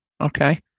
Okay